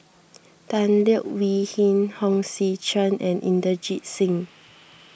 Tan Leo Wee Hin Hong Sek Chern and Inderjit Singh